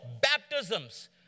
baptisms